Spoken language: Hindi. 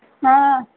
हाँ